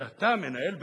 כי אתה מנהל בית-הספר.